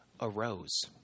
arose